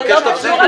אני לא יכול ככה.